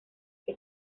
que